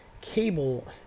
Cable